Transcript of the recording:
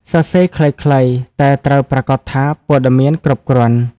សរសេរខ្លីៗ តែត្រូវប្រាកដថាព័ត៌មានគ្រប់គ្រាន់។